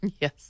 Yes